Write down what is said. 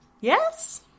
Yes